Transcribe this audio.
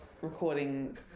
recording